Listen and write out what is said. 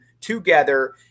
together